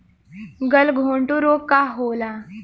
गलघोंटु रोग का होला?